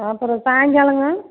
அப்புறம் சாய்ங்காலங்க